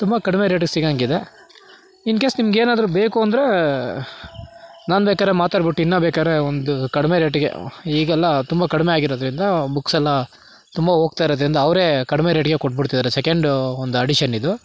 ತುಂಬ ಕಡ್ಮೆ ರೇಟಿಗೆ ಸಿಗೊಂಗಿದೆ ಇನ್ ಕೇಸ್ ನಿಮ್ಗೇನಾದ್ರೂ ಬೇಕು ಅಂದರೆ ನಾನು ಬೇಕಾದ್ರೆ ಮಾತಾಡ್ಬಿಟ್ಟು ಇನ್ನೂ ಬೇಕಾದ್ರೆ ಒಂದು ಕಡಿಮೆ ರೇಟಿಗೆ ಈಗೆಲ್ಲ ತುಂಬ ಕಡಿಮೆ ಆಗಿರೋದ್ರಿಂದ ಬುಕ್ಸೆಲ್ಲ ತುಂಬ ಹೋಗ್ತಾ ಇರೋದ್ರಿಂದ ಅವರೇ ಕಡಿಮೆ ರೇಟಿಗೆ ಕೊಟ್ಬಿಡ್ತಾ ಇದ್ದಾರೆ ಸೆಕೆಂಡ್ ಒಂದು ಅಡಿಷನ್ ಇದು